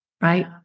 Right